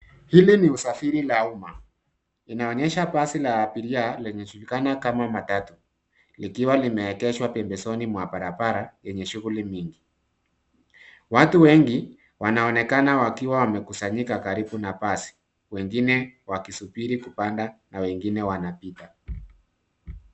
Hili ni usafiri la umma. Inaonyesha basi la abiria lenye julikana kama matatu, likiwa limeegeshwa pembezoni mwa barabara yenye shughuli mingi. Watu wengi wanaonekana wakiwa wamekusanyika karibu na basi wengine wakisubiri kupanda na wengine wanapita.